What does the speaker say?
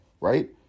right